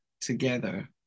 together